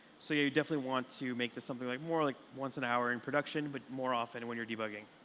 so you definitely want to make this something like more like once an hour in production but more often when you're debugging.